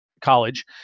College